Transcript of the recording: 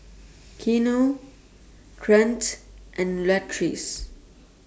Keanu Trent and Latrice